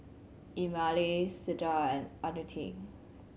Emilee Ciarra and Antoinette